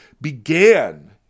began